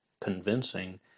convincing